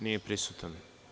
Nije prisutan.